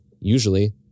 Usually